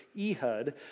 Ehud